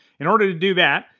in order to do that,